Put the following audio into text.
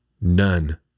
none